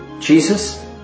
Jesus